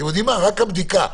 רק הבדיקה,